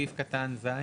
סעיף קטן (ז).